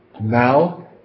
now